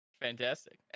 Fantastic